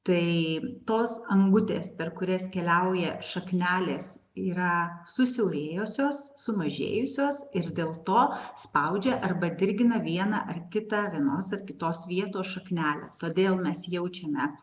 tai tos angutės per kurias keliauja šaknelės yra susiaurėjusios sumažėjusios ir dėl to spaudžia arba dirgina vieną ar kitą vienos ar kitos vietos šaknelę todėl mes jaučiame